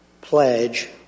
pledge